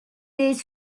days